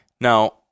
Now